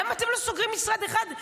למה אתם לא סוגרים משרד אחד?